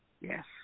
Yes